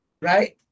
right